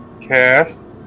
Cast